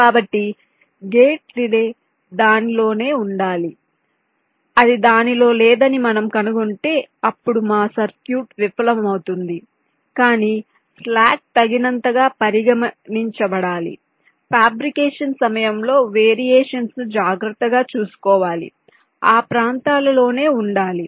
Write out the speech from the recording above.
కాబట్టి gate delay దానిలోనే ఉండాలి అది దానిలో లేదని మనము కనుగొంటే అప్పుడు మా సర్క్యూట్ విఫలమవుతుంది కానీ స్లాక్ తగినంతగా పరిగణించబడాలి ఫ్యాబ్రికేషన్ సమయంలో వేరియేషన్స్ ను జాగ్రత్తగా చూసుకోవాలి ఆ ప్రాంతాలలోనే ఉండాలి